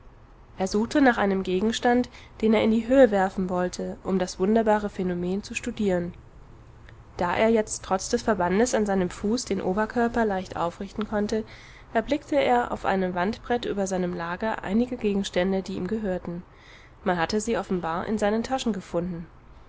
er suchte nach einem gegenstand den er in die höhe werfen wollte um das wunderbare phänomen zu studieren da er jetzt trotz des verbandes an seinem fuß den oberkörper leicht aufrichten konnte erblickte er auf einem wandbrett über seinem lager einige gegenstände die ihm gehörten man hatte sie offenbar in seinen taschen gefunden